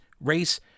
race